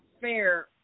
fair